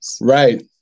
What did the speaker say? Right